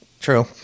True